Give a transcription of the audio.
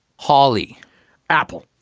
holly apple.